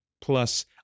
Plus